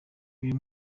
uyu